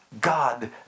God